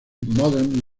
modern